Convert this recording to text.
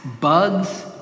bugs